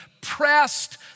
pressed